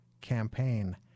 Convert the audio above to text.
campaign